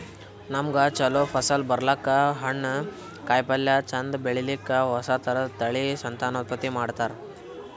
ನಮ್ಗ್ ಛಲೋ ಫಸಲ್ ಬರ್ಲಕ್ಕ್, ಹಣ್ಣ್, ಕಾಯಿಪಲ್ಯ ಚಂದ್ ಬೆಳಿಲಿಕ್ಕ್ ಹೊಸ ಥರದ್ ತಳಿ ಸಂತಾನೋತ್ಪತ್ತಿ ಮಾಡ್ತರ್